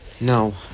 No